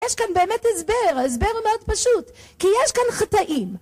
יש כאן באמת הסבר, הסבר מאוד פשוט כי יש כאן חטאים